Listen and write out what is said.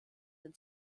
den